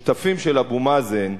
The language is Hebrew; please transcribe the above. כשהשותפים של אבו מאזן,